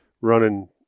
running